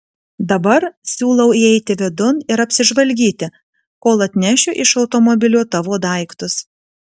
dabar siūlau įeiti vidun ir apsižvalgyti kol atnešiu iš automobilio tavo daiktus